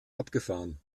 abgefahren